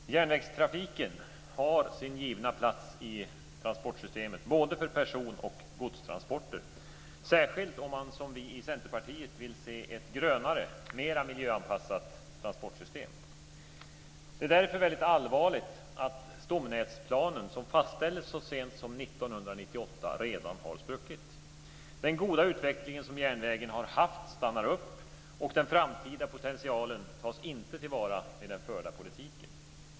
Fru talman! Järnvägstrafiken har sin givna plats i transportsystemet både för person och godstransporter. Det gäller särskilt om man som vi i Centerpartiet vill se ett grönare, mer miljöanpassat transportsystem. Det är därför väldigt allvarligt att stomnätsplanen, som fastställdes så sent som 1998, redan har spruckit. Den goda utveckling som järnvägen har haft stannar upp, och den framtida potentialen tas inte till vara med den förda politiken.